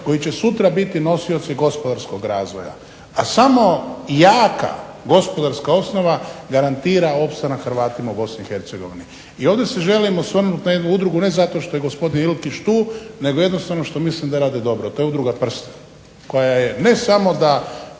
koji će sutra biti nosioci gospodarskog razvoja, a samo jaka gospodarska osnova garantira opstanak Hrvatima u Bosni i Hercegovini. I ovdje se želim osvrnuti na jednu udrugu, ne zato što je gospodin Ilkić tu, nego jednostavno što mislim da rade dobro, to je udruga "Prsten", koja je ne samo da